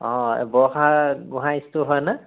অ' বৰষা গোঁহাই ষ্টৰ হয়নে